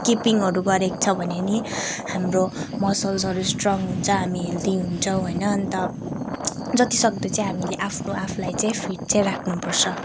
स्किपिङहरू गरेको छ भने नि हाम्रो मसल्सहरू स्ट्रङ्ग हुन्छ हामी हेल्दी हुन्छौँ होइन अन्त जति सक्दो चाहिँ हामीले आफ्नो आफूलाई चाहिँ फिट चाहिँ राख्नुपर्छ